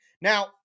Now